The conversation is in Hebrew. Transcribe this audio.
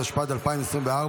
התשפ"ד 2024,